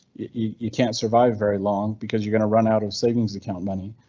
you can't survive very long because you're gonna run out of savings account money.